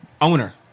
Owner